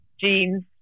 jeans